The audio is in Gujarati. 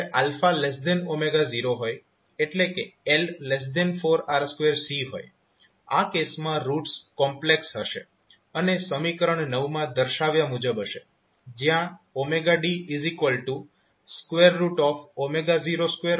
જ્યારે 0 હોય એટલે કે L4R2C હોય આ કેસમાં રૂટ્સ કોમ્પ્લેક્સ હશે અને સમીકરણ માં દર્શાવ્યા મુજબ હશે જ્યાં d02 2 છે